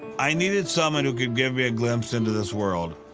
i needed someone who could give me a glimpse into this world,